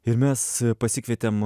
ir mes pasikvietėm